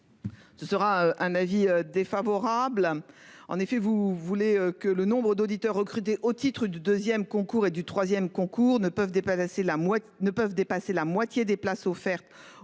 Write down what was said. Ce sera un avis défavorable. En effet, vous voulez que le nombre d'auditeurs recruter au titre du 2ème concours et du 3ème concours ne peuvent dépasser la moitié ne peuvent